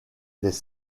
des